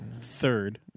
third